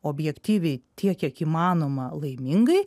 objektyviai tiek kiek įmanoma laimingai